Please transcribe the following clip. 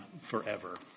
forever